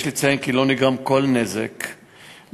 יש לציין כי לא נגרם כל נזק לרכוש,